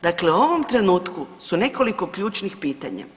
Dakle, u ovom trenutku su nekoliko ključnih pitanja.